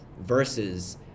Versus